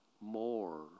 more